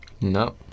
No